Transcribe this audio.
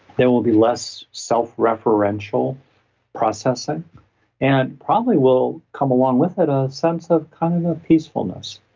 there will be less self-referential processing and probably will come along with it a sense of kind of a peacefulness,